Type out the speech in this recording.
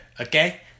okay